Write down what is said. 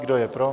Kdo je pro?